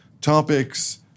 topics